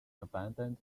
abandoned